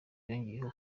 yongeyeho